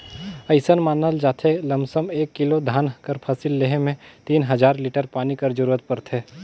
अइसन मानल जाथे लमसम एक किलो धान कर फसिल लेहे में तीन हजार लीटर पानी कर जरूरत परथे